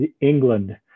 England